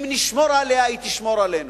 אם נשמור עליה, היא תשמור עלינו.